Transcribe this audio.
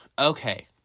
Okay